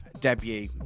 debut